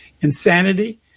insanity